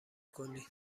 کنی